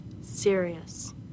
serious